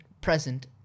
present